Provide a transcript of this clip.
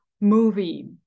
movie